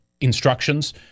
instructions